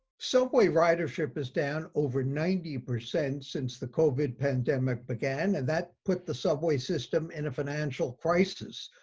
subway ridership is down over ninety percent since the covid pandemic began, and that put the subway system in a financial crisis,